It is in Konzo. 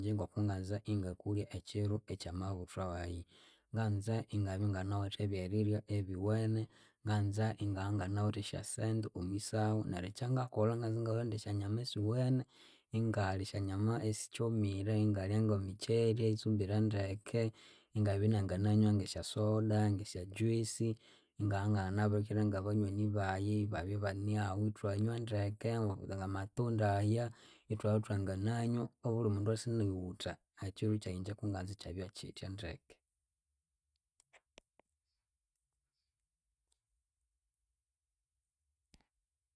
Ingye ngokunganza ingakulya ekyiru ekyamabuthwawayi, nganza ingabya inganawithe ebyerirya biwene, nganza inganganawithe esyasente omwisahu. Neryu ekyangakolha nganza ingarondya esyanyama esiwene, ingalya esyanyama esikyomire ingalya ngemikyeri, eyitsumbire ndeke, ingabya inangananwa nge syasoda nge syajuice inganganganabirikira ngabanywani bayi babya ibanahu ithwanywa ndeke ngamatunda aya, ithwathwanginanywa obulimundu wosi inuwutha. Ekyiru kyayi ingye kunganza ikyabya kyitya ndeke.